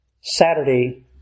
Saturday